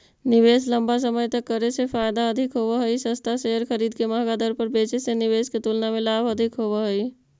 निवेश लंबा समय तक करे से फायदा अधिक होव हई, सस्ता शेयर खरीद के महंगा दर पर बेचे से निवेश के तुलना में लाभ अधिक होव हई